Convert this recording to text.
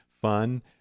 fun